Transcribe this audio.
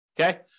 Okay